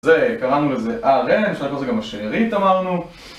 זה, קראנו לזה Rn, אפשר לקרוא לזה גם השארית אמרנו